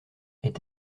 est